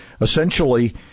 essentially